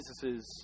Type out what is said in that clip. Jesus